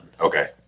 Okay